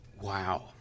Wow